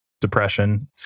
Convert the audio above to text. depression